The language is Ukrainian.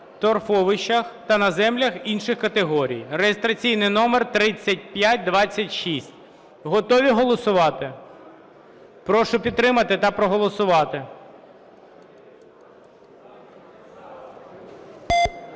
торфовищах та на землях інших категорій (реєстраційний номер 3526). Готові голосувати? Прошу підтримати та проголосувати.